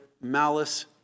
malice